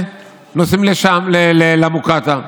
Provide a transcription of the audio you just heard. נוסעים למוקטעה.